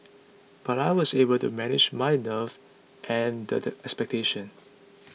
but I was able to manage my nerves and the expectations